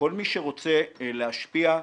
כל מי שרוצה להשפיע,